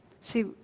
See